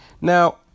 Now